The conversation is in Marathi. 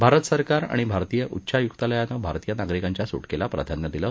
भारत सरकार आणि भारतीय उच्चायुक्तालयानं भारतीय नागरिकांच्या सुटकेला प्राधान्य दिलं